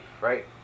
right